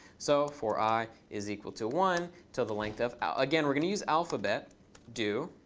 so for i is equal to one to the length of again, we're going to use alphabet do.